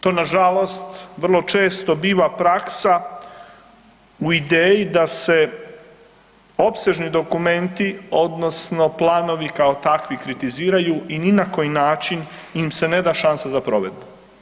To nažalost vrlo često biva praksa u ideji da se opsežni dokumenti odnosno planovi kao takvi kritiziraju i ni na koji način im se ne da šansa za provedbu.